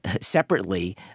separately